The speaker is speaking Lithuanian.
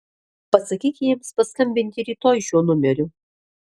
pasakyk jiems paskambinti rytoj šiuo numeriu